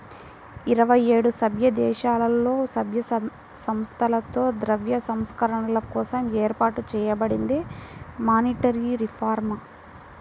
ఇరవై ఏడు సభ్యదేశాలలో, సభ్య సంస్థలతో ద్రవ్య సంస్కరణల కోసం ఏర్పాటు చేయబడిందే మానిటరీ రిఫార్మ్